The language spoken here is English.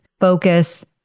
focus